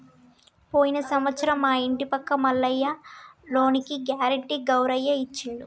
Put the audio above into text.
పోయిన సంవత్సరం మా ఇంటి పక్క మల్లయ్య లోనుకి గ్యారెంటీ గౌరయ్య ఇచ్చిండు